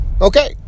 Okay